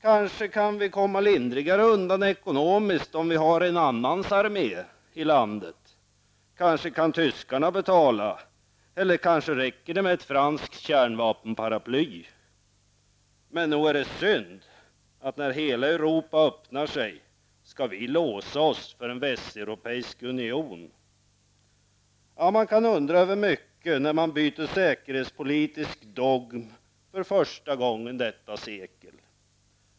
Kanske kan vi komma lindrigare undan ekonomiskt om vi har en annans armé i landet -- kanske kan tyskarna betala eller kanske räcker det med ett franskt kärnvapenparaply? Men nog är det bra synd att när hela Europa nu öppnar sig så skall vi låsa oss för en västeuropeisk union. Man kan undra över mycket när man byter säkerhetspolitisk dogm för första gången detta sekel.